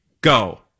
Go